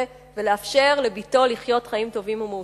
ולאפשר לבתו לחיות חיים טובים ומאושרים?